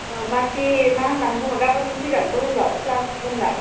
अ बाखि मा होननानै बुङो गाबोन फैगोन खलेजाव ख्लास दंदा